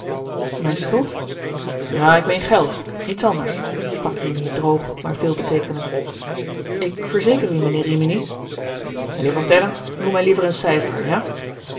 mijn schuld ja ik meen geld niets anders sprak rimini droog maar veelbeteekenend ik verzeker u mijnheer rimini mijnheer van sterren noem mij liever een cijfer ja